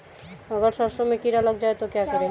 अगर सरसों में कीड़ा लग जाए तो क्या करें?